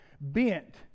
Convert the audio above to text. bent